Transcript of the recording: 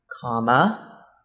comma